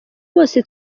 bose